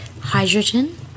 hydrogen